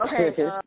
Okay